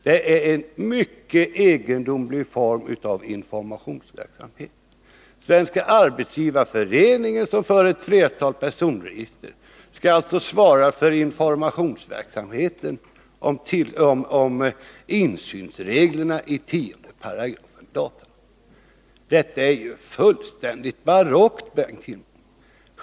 Det är en mycket egendomlig form av informationsverksamhet. Svenska arbetsgivareföreningen, som för ett antal personregister, skulle alltså svara för informationsverksamheten när det gäller insynsreglerna i 10 § datalagen. Det är ju fullständigt barockt, Bengt Kindbom!